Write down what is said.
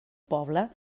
poble